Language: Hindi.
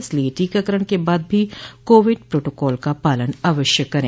इसलिये टीकाकरण के बाद भी कोविड प्रोटोकाल का पालन अवश्य करे